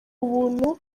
ubuntu